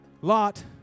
Lot